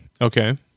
Okay